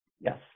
yes